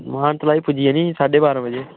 मानतलाई पुज्जी जानी साड्ढे बारां बजे